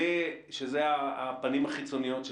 שזה הפניות החיצוניות,